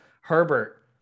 Herbert